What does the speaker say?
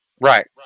Right